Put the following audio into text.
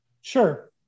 Sure